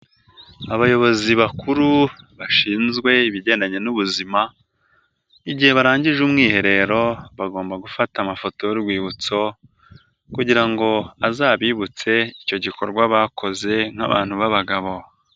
Abayobozi bakuru bashinzwe ibijyandanye n'ubuzima igihe barangije umwiherero bagomba gufata amafoto y'urwibutso kugira ngo azabibutse icyo gikorwa bakoze nk'abantu b'abagabo.